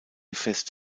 fest